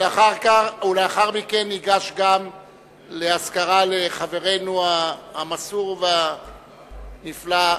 לאחר מכן ניגש לאזכרה לחברנו המסור והנפלא,